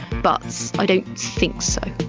but i don't think so.